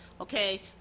okay